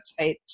website